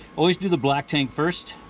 always do the black tank first